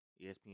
ESPN